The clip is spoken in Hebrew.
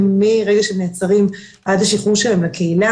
מרגע שהם נעצרים עד לשחרור שלהם לקהילה.